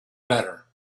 better